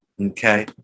okay